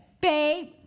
Babe